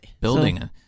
building